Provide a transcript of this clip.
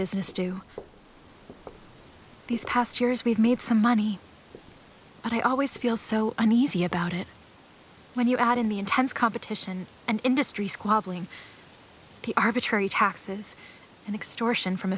business do these past years we've made some money but i always feel so uneasy about it when you add in the intense competition and industry squabbling arbitrary taxes and extortion from